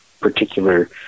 particular